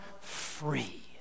free